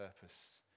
purpose